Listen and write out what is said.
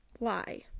lie